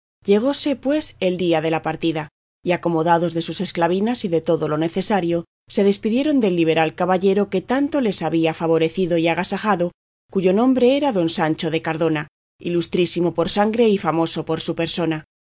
enviarlas llegóse pues el día de la partida y acomodados de sus esclavinas y de todo lo necesario se despidieron del liberal caballero que tanto les había favorecido y agasajado cuyo nombre era don sancho de cardona ilustrísimo por sangre y famoso por su persona